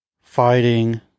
fighting